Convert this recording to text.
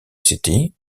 city